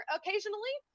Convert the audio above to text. occasionally